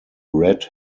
red